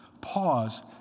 pause